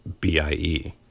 B-I-E